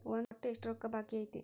ಒಟ್ಟು ಎಷ್ಟು ರೊಕ್ಕ ಬಾಕಿ ಐತಿ?